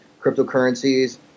cryptocurrencies